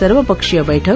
सर्वपक्षीय बैठक